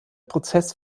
prozess